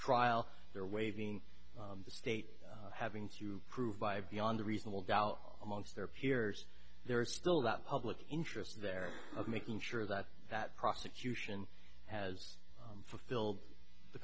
trial they're waving the state having to prove by beyond a reasonable doubt amongst their peers there is still that public interest they're making sure that that prosecution has fulfilled the